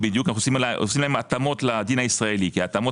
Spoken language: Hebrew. אנחנו עושים התאמות לדין הישראלי כי התאמות